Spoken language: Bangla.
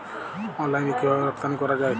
অনলাইনে কিভাবে রপ্তানি করা যায়?